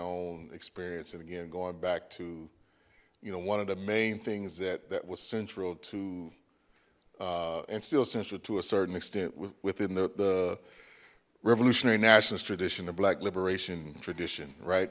own experience and again going back to you know one of the main things that that was central to and still essential to a certain extent within the the revolutionary nationals tradition the black liberation tradition right